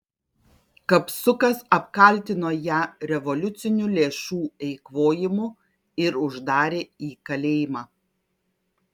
kapsukas apkaltino ją revoliucinių lėšų eikvojimu ir uždarė į kalėjimą